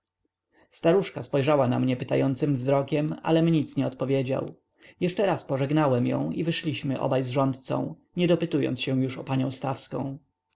staruszka spojrzała na mnie pytającym wzrokiem alem nic nie odpowiedział jeszcze raz pożegnałem ją i wyszliśmy obaj z rządcą nie dopytując się już o panią stawską